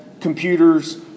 computers